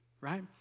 Right